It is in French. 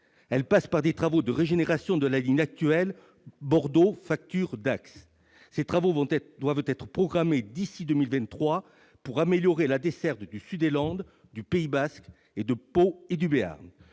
Elle passe par des travaux de régénération de la ligne actuelle Bordeaux-Facture-Dax. Ces travaux doivent être programmés d'ici à 2023 pour améliorer la desserte du sud des Landes, du Pays basque, de Pau et du Béarn.